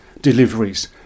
deliveries